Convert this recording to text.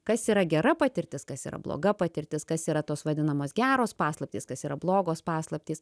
kas yra gera patirtis kas yra bloga patirtis kas yra tos vadinamos geros paslaptys kas yra blogos paslaptys